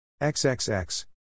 XXX